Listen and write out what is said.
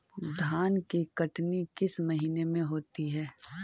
धान की कटनी किस महीने में होती है?